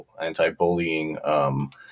anti-bullying